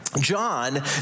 John